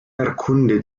erkunde